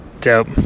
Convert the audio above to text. Dope